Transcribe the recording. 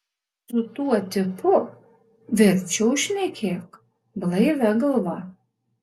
su tuo tipu verčiau šnekėk blaivia galva